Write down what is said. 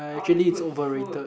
all the good food